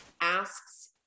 asks